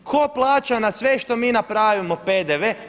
Tko plaća na sve što mi napravimo PDV-e?